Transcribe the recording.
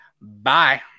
Bye